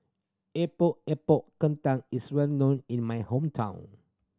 Epok Epok Kentang is well known in my hometown